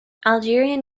algerian